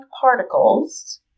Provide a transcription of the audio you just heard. particles